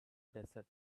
desert